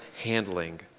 handling